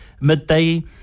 midday